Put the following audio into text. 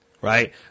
Right